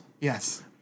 Yes